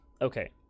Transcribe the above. okay